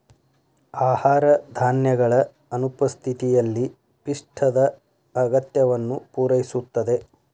ಆಹಾರ ಧಾನ್ಯಗಳ ಅನುಪಸ್ಥಿತಿಯಲ್ಲಿ ಪಿಷ್ಟದ ಅಗತ್ಯವನ್ನು ಪೂರೈಸುತ್ತದೆ